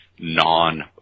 non